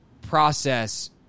process